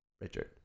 Richard